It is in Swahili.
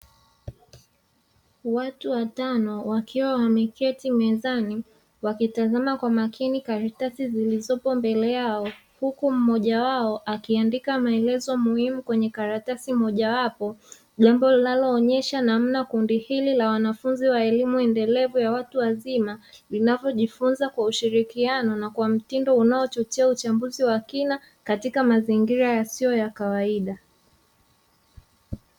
Watu watano wakiwa wameketi mezani wakitazama kwa makini karatasi zilizopo mbele yao, huku mmoja wao akiandika maelezo muhimu kwenye karatasi mojawapo, jambo linaloonyesha namna kundi hili la wanafunzi wa elimu endelevu ya watu wazima linavyojifunza kwa ushirikiano na kwa mtindo unaochochea uchambuzi wa kina katika mazingira yasiyo ya kawaida.